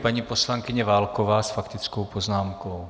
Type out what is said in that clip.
Paní poslankyně Válková s faktickou poznámkou.